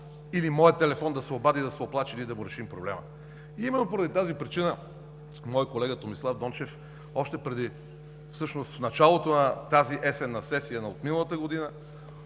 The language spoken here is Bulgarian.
или моя телефон да се обади и да се оплаче или да му решим проблема. И именно поради тази причина моят колега Томислав Дончев в началото на тази есенна сесия на отминалата година